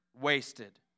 wasted